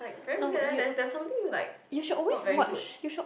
very weird that's that's something like not very good